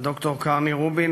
ד"ר קרני רובין,